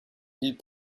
ils